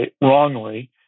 wrongly